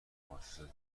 موسسات